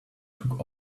took